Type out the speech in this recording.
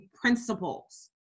principles